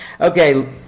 okay